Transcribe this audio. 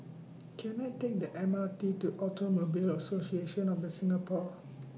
Can I Take The M R T to Automobile Association of The Singapore